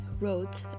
wrote